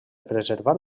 preservar